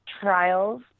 trials